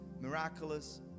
miraculous